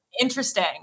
Interesting